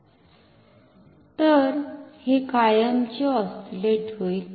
तर हे कायमचे ऑस्सिलेट होईल